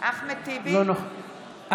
אחמד טיבי לא משתתף?